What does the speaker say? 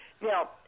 Now